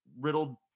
riddled